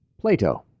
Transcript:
Plato